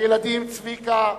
הילדים צביקה,